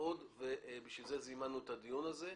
עוד ובשביל זה זימנו את הדיון הזה,